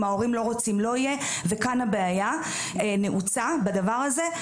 אם ההורים לא רוצים לא יהיה וכאן הבעיה נעוצה בדבר הזה.